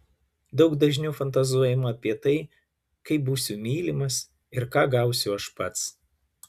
daug dažniau fantazuojama apie tai kaip būsiu mylimas ir ką gausiu aš pats